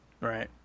right